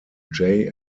jay